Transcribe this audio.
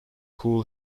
cool